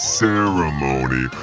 ceremony